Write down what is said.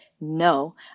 no